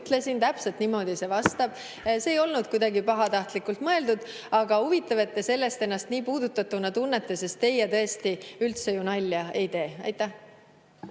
ütlesin, täpselt niimoodi, see vastab [tõele]. See ei olnud kuidagi pahatahtlikult mõeldud. Aga huvitav, et te sellest ennast nii puudutatuna tunnete, sest teie tõesti ju üldse nalja ei tee. No